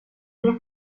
hur